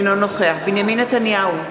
אינו נוכח בנימין נתניהו,